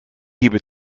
gebe